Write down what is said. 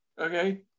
okay